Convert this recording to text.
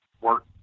work